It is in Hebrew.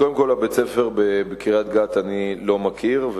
קודם כול, את בית-הספר בקריית-גת אני לא מכיר.